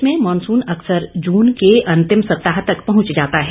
प्रदेश में मॉनसून अकसर जून के अंतिम सप्ताह में पहुंच जाता है